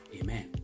amen